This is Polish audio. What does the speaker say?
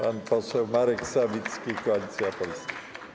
Pan poseł Marek Sawicki, Koalicja Polska.